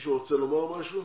מישהו רוצה לומר משהו?